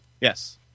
Yes